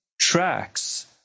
tracks